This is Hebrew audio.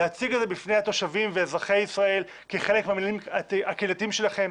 להציג את זה בפני התושבים ואזרחי ישראל כחלק מהמינהלים הקהילתיים שלכם,